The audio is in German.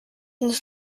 uns